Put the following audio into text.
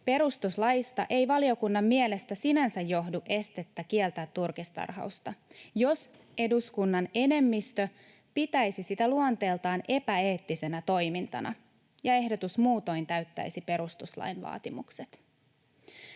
”Perustuslaista ei valiokunnan mielestä sinänsä johdu estettä kieltää turkistarhausta, jos eduskunnan enemmistö pitäisi sitä luonteeltaan epäeettisenä toimintana ja ehdotus muutoin täyttäisi perustuslain vaatimukset.”